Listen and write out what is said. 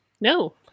No